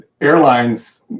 airlines